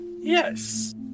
Yes